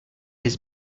his